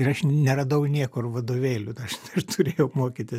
ir aš neradau niekur vadovėlių aš aš turėjau mokytis